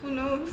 who knows